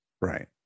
Right